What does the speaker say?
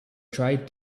tried